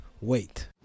wait